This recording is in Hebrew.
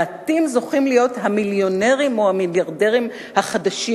ומעטים זוכים להיות המיליונרים או המיליארדרים החדשים,